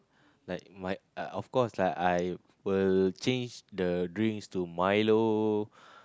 like my of course I will change the drinks to milo